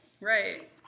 Right